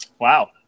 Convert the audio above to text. Wow